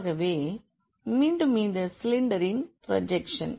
ஆகவே மீண்டும் இந்த சிலிண்டரின் ப்ரோஜெக்ஷன்